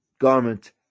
garment